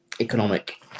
economic